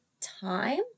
time